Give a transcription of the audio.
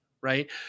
right